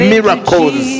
Miracles